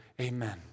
Amen